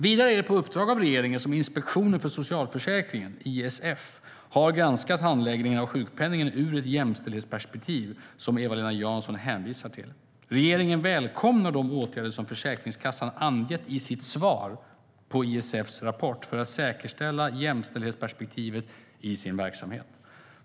Vidare är det på uppdrag av regeringen som Inspektionen för socialförsäkringen, ISF, har granskat handläggningen av sjukpenning ur ett jämställdhetsperspektiv, vilket Eva-Lena Jansson hänvisar till. Regeringen välkomnar de åtgärder som Försäkringskassan angett i sitt svar på ISF:s rapport för att säkerställa jämställdhetsperspektivet i sin verksamhet.